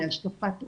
להשקפת עולם,